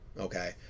okay